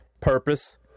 purpose